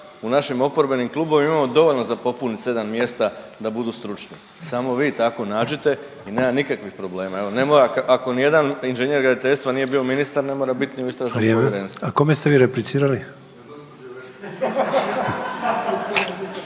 u našim oporbenim klubovima imamo dovoljno za popuniti 7 mjesta da budu stručni. Samo vi tako nađite i nema nikakvih problema. Evo ne mora, ako ni jedan inženjer graditeljstva nije bio ministar, ne mora bit ni u istražnom povjerenstvu. **Sanader,